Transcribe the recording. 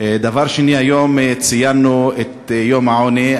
דבר שני, היום ציינו את יום המאבק בעוני.